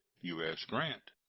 u s. grant.